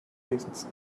tastes